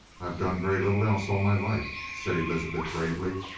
i've done very little else all my life, said elizabeth gravely.